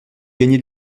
gagner